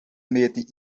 meti